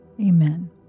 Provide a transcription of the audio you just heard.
Amen